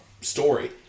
story